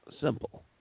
simple